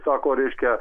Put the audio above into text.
sako reiškia